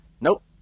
Nope